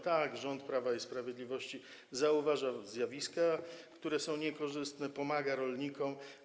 Tak, rząd Prawa i Sprawiedliwości zauważa zjawiska, które są niekorzystne, pomaga rolnikom.